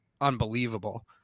unbelievable